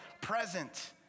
present